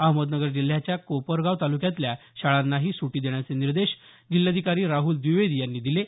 अहमदनगर जिल्ह्याच्या कोपरगाव तालुक्यातल्या शाळांनाही सुटी देण्याचे आदेश जिल्हाधिकारी राहुल द्विवेदी यांनी दिले आहेत